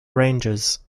ranges